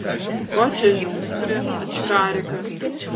ko čia žiūri ačkarikas